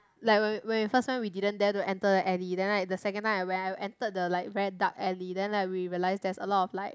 like when we when we first time we didn't dare enter the alley then like the second time I were I entered the like very dark alley then like we realise there's a lot of like